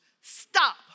Stop